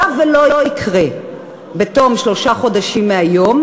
היה וזה לא יקרה בתום שלושה חודשים מהיום,